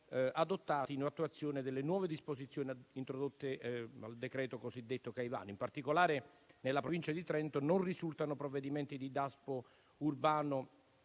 adottati in attuazione delle nuove disposizioni introdotte dal cosiddetto decreto Caivano. In particolare nella Provincia di Trento non risultano provvedimenti di Daspo urbano